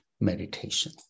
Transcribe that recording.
meditation